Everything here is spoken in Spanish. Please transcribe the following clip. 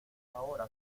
ahora